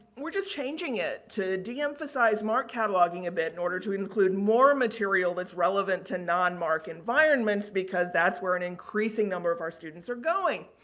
we're just changing it to deemphasize marc cataloging a bit in order to include more material that's relevant to non-marc environment because that's where an increasing number of our students are going.